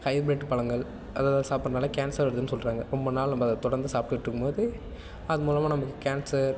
hybrid பழங்கள் அதை அதை சாப்பிடுறதால கேன்சர் வருதுன்னு சொல்கிறாங்க ரொம்ப நாள் நம்ம அதை தொடர்ந்து சாப்பிட்டுருக்கும்போது அதுமூலமாக நம்மளுக்கு கேன்சர்